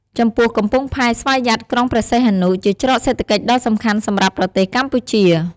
ចំពោះកំពង់ផែស្វយ័តក្រុងព្រះសីហនុ ជាច្រកសេដ្ឋកិច្ចដ៏សំខាន់សម្រាប់ប្រទេសកម្ពុជា។